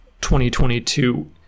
2022